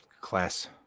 class